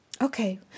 Okay